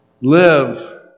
Live